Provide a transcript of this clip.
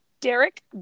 Derek